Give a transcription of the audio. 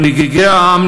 מנהיגי העם,